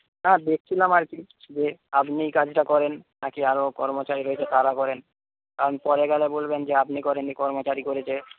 হ্যাঁ দেখছিলাম আরকি যে আপনিই কাজটা করেন নাকি আরো কর্মচারী রয়েছে তারা করেন কারণ পরে গেলে বলবেন যে আপনি করেননি কর্মচারী করেছে